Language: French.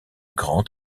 grand